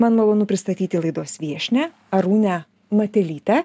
man malonu pristatyti laidos viešnią arūnę matelytę